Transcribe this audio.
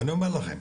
ואני אומר לכם,